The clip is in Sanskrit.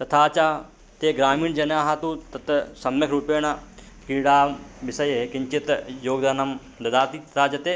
तथा च ते ग्रामीणजनाः तु तत् सम्यक् रूपेण क्रीडा विषये किञ्चित् योगदानं ददाति तथा चेत्